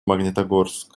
магнитогорск